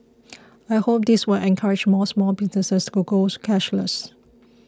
I hope this will encourage more small businesses to go cashless